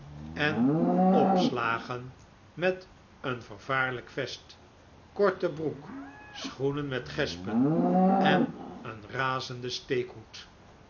en opslagen met een vervaarlijk vest korte broek schoenen met gespen en een razenden steekhoed